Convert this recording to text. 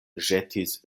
ĵetis